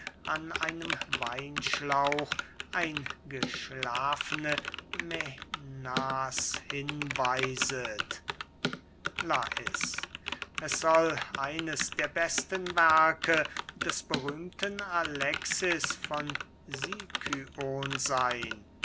an einem weinschlauche eingeschlafene mänas hinweiset lais es soll eines der besten werke des berühmten alexis von sicyon seyn